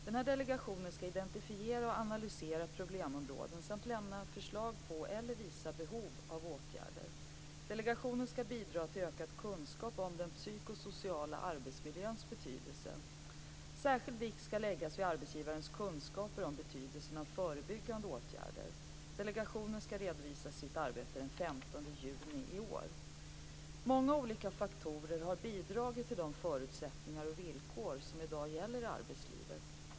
Denna delegation skall identifiera och analysera problemområden samt lämna förslag på eller visa på behov av åtgärder. Delegationen skall bidra till ökad kunskap om den psykosociala arbetsmiljöns betydelse. Särskild vikt skall läggas vid arbetsgivarens kunskaper om betydelsen av förebyggande åtgärder. Delegationen skall redovisa sitt arbete den 15 juni i år. Många olika faktorer har bidragit till de förutsättningar och villkor som i dag gäller i arbetslivet.